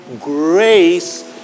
grace